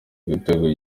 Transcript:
gutegurwa